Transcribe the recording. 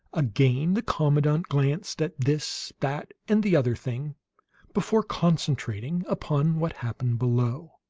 again the commandant glanced at this, that, and the other thing before concentrating upon what happened below.